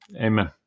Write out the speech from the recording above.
Amen